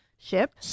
ship